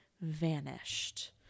vanished